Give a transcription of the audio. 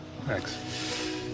thanks